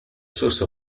source